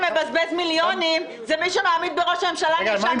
מי שמבזבז מיליונים זה מי שמעמיד בראש הממשלה נאשם בשוחד.